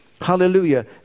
Hallelujah